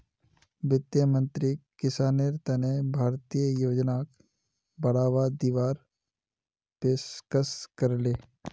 वित्त मंत्रीक किसानेर तने भारतीय योजनाक बढ़ावा दीवार पेशकस करले